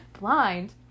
Blind